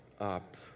up